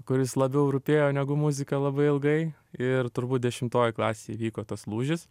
kuris labiau rūpėjo negu muzika labai ilgai ir turbūt dešimtoj klasėj įvyko tas lūžis